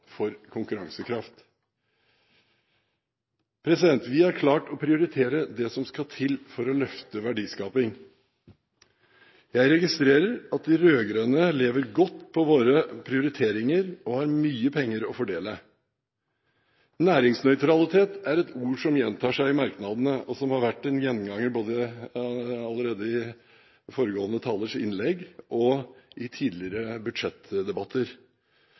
for konkurransekraft. Vi har klart å prioritere det som skal til for å løfte verdiskaping. Jeg registrerer at de rød-grønne lever godt på våre prioriteringer og har mye penger å fordele. Næringsnøytralitet er et ord som gjentas i merknadene, og som har vært en gjenganger, både i foregående talers innlegg og i tidligere budsjettdebatter.